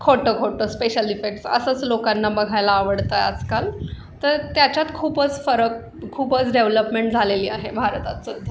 खोटं खोटं special effects असंच लोकांना बघायला आवडतं आजकाल तर त्याच्यात खूपच फरक खूपच डेव्हलपमेंट झालेली आहे भारताचं